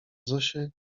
zosię